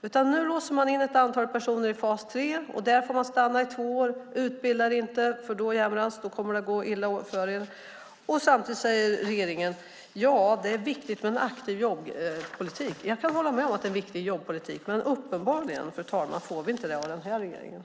I stället låser man in ett antal personer i fas 3. Där får de stanna i två år, och man säger: Utbilda er inte, för då kommer det att gå illa för er! Samtidigt säger regeringen att det är viktigt med en aktiv jobbpolitik. Jag håller med om det. Men uppenbarligen, fru talman, får vi inte det av denna regering.